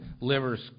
liver's